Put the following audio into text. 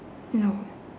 no